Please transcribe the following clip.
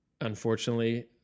unfortunately